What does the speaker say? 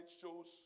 shows